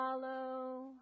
follow